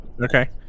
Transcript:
Okay